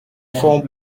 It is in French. font